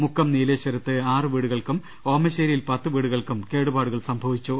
മുക്കം നീലേശ്വരത്ത് ആറ് വീടുകൾക്കും ഓമശേരിയിൽ പത്ത് വീടുകൾക്കും കേടുപാടു കൾ സംഭവിച്ചു